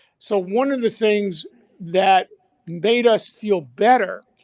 so, one of the things that made us feel better,